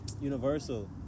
Universal